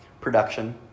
production